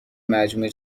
مجموعه